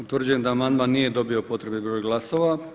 Utvrđujem da amandman nije dobio potrebni broj glasova.